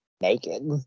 naked